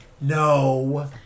No